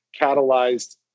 catalyzed